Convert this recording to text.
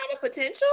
potential